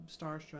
starstruck